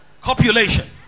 Copulation